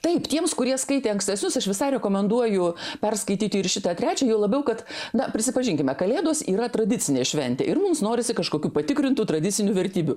taip tiems kurie skaitė ankstesnius aš visai rekomenduoju perskaityti ir šitą trečią juo labiau kad na prisipažinkime kalėdos yra tradicinė šventė ir mums norisi kažkokių patikrintų tradicinių vertybių